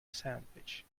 sandwich